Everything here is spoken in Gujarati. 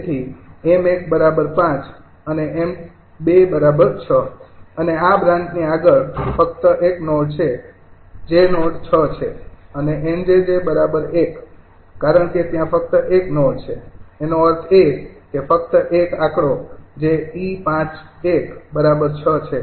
તેથી 𝑚૧ ૫ અને 𝑚૨ ૬ અને આ બ્રાન્ચ ની આગળ ફક્ત એક નોડ છે જે નોડ ૬ છે અને 𝑁𝑗𝑗 ૧ કારણ કે ત્યાં ફક્ત એક નોડ છે તેનો અર્થ એ કે ફક્ત ૧ આંકડો જે 𝑒૫૧ ૬ છે